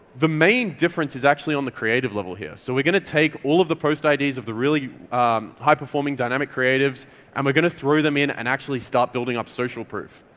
the main difference is actually on the creative level here. so we're gonna take all of the post ids of the really high performing dynamic creatives and we're going to throw them in and actually start building up social proof.